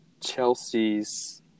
Chelsea's